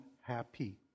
happy